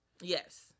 Yes